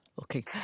Okay